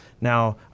now